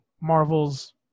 Marvel's